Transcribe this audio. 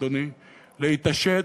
אדוני, להתעשת.